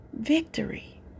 victory